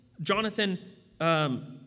Jonathan